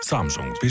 Samsung